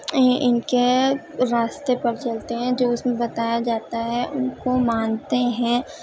ان کے راستے پر چلتے ہیں جو اس میں بتایا جاتا ہے ان کو مانتے ہیں